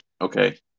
okay